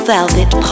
Velvet